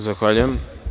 Zahvaljujem.